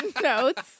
notes